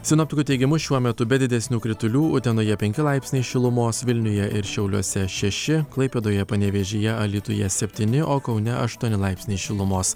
sinoptikų teigimu šiuo metu be didesnių kritulių utenoje penki laipsniai šilumos vilniuje ir šiauliuose šeši klaipėdoje panevėžyje alytuje septyni o kaune aštuoni laipsniai šilumos